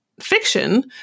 fiction